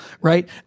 Right